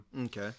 Okay